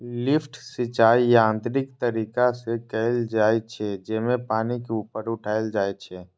lift सिंचाइ यांत्रिक तरीका से कैल जाइ छै, जेमे पानि के ऊपर उठाएल जाइ छै